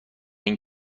این